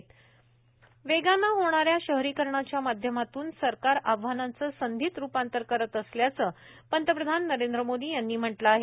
चालक विरहित मेट्रो वेगानं होणाऱ्या शहरीकरणाच्या माध्यमातून सरकार आव्हानांचं संधीत रुपांतर करत असल्याचं पंतप्रधान नरेंद्र मोदी यांनी म्हटलं आहे